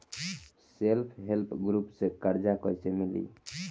Self help group से कर्जा कईसे मिली?